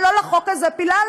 אבל לא לחוק הזה התפללנו.